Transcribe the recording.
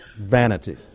vanity